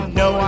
no